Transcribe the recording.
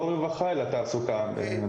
לא רווחה אלא תעסוקה.